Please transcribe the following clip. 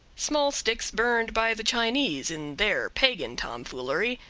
small sticks burned by the chinese in their pagan tomfoolery,